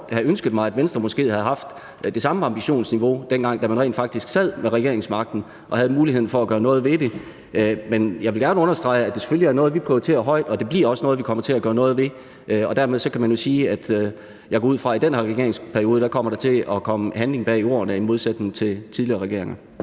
godt have ønsket mig, at Venstre måske havde haft det samme ambitionsniveau, dengang man rent faktisk sad med regeringsmagten og havde mulighed for at gøre noget ved det. Men jeg vil gerne understrege, at det selvfølgelig er noget, vi prioriterer højt, og det bliver også noget, vi kommer til at gøre noget ved. Dermed kan man jo sige, at jeg går ud fra, at der er i hvert fald i den her regeringsperiode vil komme handling bag ordene – i modsætning til under tidligere regeringer.